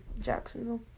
Jacksonville